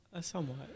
Somewhat